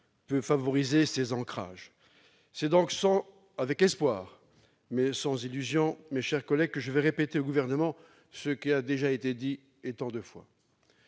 peut favoriser ces ancrages. C'est donc avec espoir, mais sans illusion, mes chers collègues, que je vais répéter au Gouvernement ce qui a déjà été dit tant de fois.